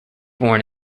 born